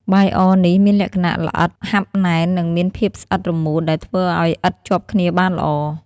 បាយអរនេះមានលក្ខណៈល្អិត ហាប់ណែន និងមានភាពស្អិតរមួតដែលធ្វើឱ្យឥដ្ឋជាប់គ្នាបានល្អ។